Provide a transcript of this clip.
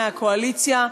מהקואליציה,